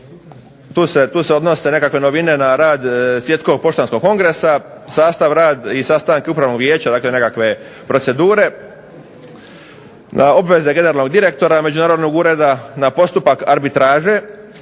tu se odnose nekakve novine na rad Svjetskog poštanskog kongresa, sastav rad i sastanke upravnog vijeća dakle nekakve procedure. Na obveze generalnog direktora međunarodnog ureda, na postupak arbitraže,